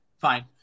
Fine